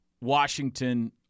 Washington